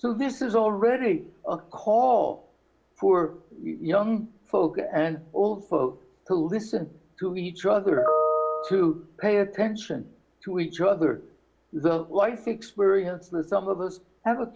so this is already a call poor young folk and old folks who listen to each other to pay attention to each other the life experience that some of us have a